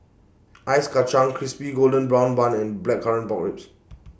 Ice Kachang Crispy Golden Brown Bun and Blackcurrant Pork Ribs